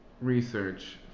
research